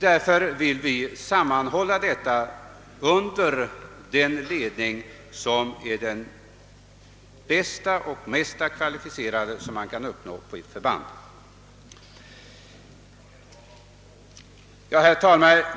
Därför vill vi samman hålla planering och ledning av denna utbildning centralt under utbildningsavdelningen för att där kunna placera den bästa och mest kvalificerade befattningshavaren för detta ändamål som finns på ett förband. Herr talman!